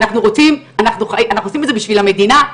אנחנו עושים את זה בשביל המדינה,